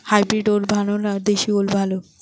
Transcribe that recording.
Hybrid ওল ভালো না দেশী ওল ভাল?